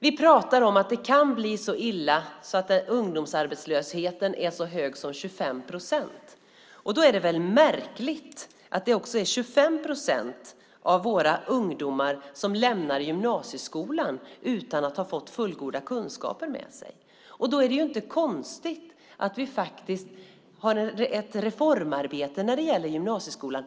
Vi talar om att det kan bli så illa att ungdomsarbetslösheten är så hög som 25 procent. Det är väl märkligt att det också är 25 procent av våra ungdomar som lämnar gymnasieskolan utan att ha fått fullgoda kunskaper med sig. Det är inte konstigt att vi faktiskt har ett reformarbete för gymnasieskolan.